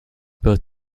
both